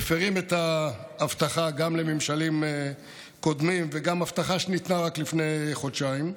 מפירים את ההבטחה גם לממשלים קודמים וגם הבטחה שניתנה רק לפני חודשיים,